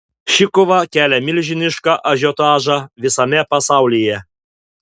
ši kova kelia milžinišką ažiotažą visame pasaulyje